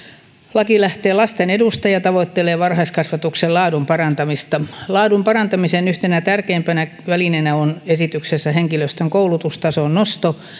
laki lähtee lasten edusta ja tavoittelee varhaiskasvatuksen laadun parantamista laadun parantamisen yhtenä tärkeimpänä välineenä on esityksessä henkilöstön koulutustason nosto